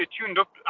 tuned-up